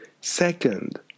Second